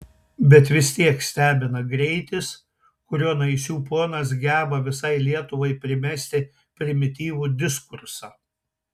bet vis tiek stebina greitis kuriuo naisių ponas geba visai lietuvai primesti primityvų diskursą